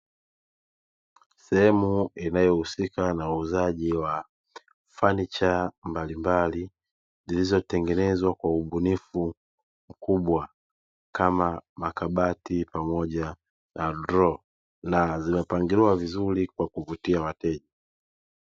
Sehemu inayohusika na uuzaji wa fanicha mbalimbali zilizotengenezwa kwa ubunifu mkubwa kama makabati pamoja na droo na zimepangiliwa vizuri kwa kuvutia wateja.